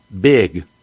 Big